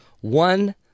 one